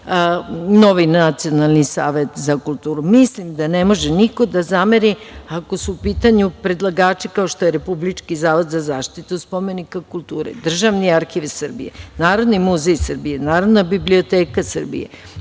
novi Nacionalni savet za kulturu. Mislim da ne može niko da zameri ako su u pitanju predlagači, kao što je Republički zavod za zaštitu spomenika kulture, Državni arhiv Srbije, Narodni muzej Srbije, Narodna biblioteka Srbije,